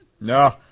No